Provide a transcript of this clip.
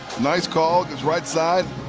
nice call, right side.